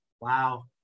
Wow